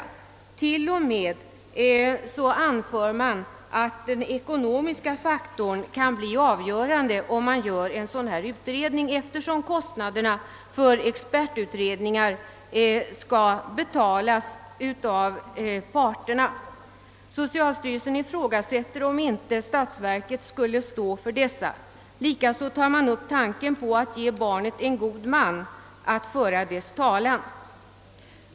Socialstyrelsen anför t.o.m. att den ekonomiska faktorn kan bli avgörande, om man gör en utredning, eftersom kostnaderna för expertutredningar skall betalas av någondera parten. Socialstyrelsen ifrågasätter om inte statsverket borde stå för kostnaderna. Likaså tar man upp tanken på att ge barnet en god man att föra dess talan.